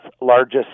largest